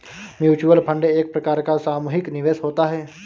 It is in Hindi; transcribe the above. म्यूचुअल फंड एक प्रकार का सामुहिक निवेश होता है